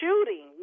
shooting